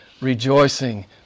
rejoicing